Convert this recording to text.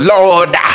Lord